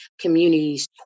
communities